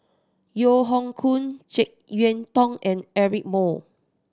Yeo Hoe Koon Jek Yeun Thong and Eric Moo